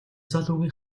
залуугийн